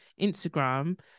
Instagram